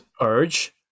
urge